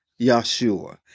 Yahshua